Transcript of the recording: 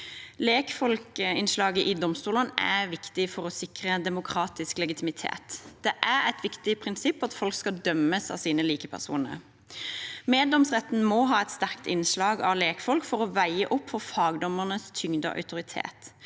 Lekfolksinnslaget i domstolene er viktig for å sikre demokratisk legitimitet. Det er et viktig prinsipp at folk skal dømmes av sine likepersoner. Meddomsretten må ha et sterkt innslag av lekfolk for å veie opp for fagdommernes tyngde og autoritet.